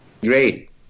Great